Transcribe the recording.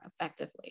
effectively